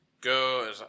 Go